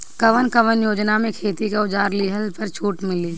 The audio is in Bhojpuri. कवन कवन योजना मै खेती के औजार लिहले पर छुट मिली?